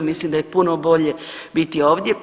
Mislim da je puno bolje biti ovdje.